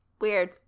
Weird